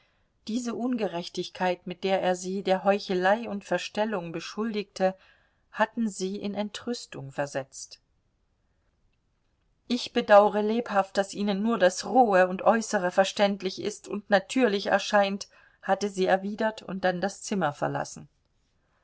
diese ungerechtigkeit mit der er sie der heuchelei und verstellung beschuldigte hatten sie in entrüstung versetzt ich bedaure lebhaft daß ihnen nur das rohe und äußere verständlich ist und natürlich erscheint hatte sie erwidert und dann das zimmer verlassen